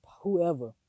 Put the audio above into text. whoever